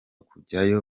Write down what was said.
kujyayo